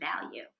value